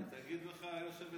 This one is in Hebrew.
הם פוסט-ציונים ממש.